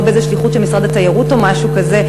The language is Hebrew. באיזו שליחות של משרד התיירות או משהו כזה,